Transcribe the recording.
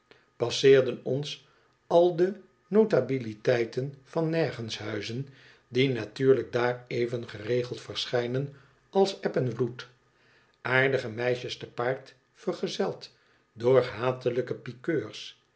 passeerden ons al do notabiliteiten van nergenshuizen die natuurlijk daar even geregeld verschijnen als eb en vloed aardige meisjes te paard vergezeld door hatelijke pikeurs